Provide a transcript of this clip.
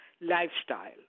lifestyle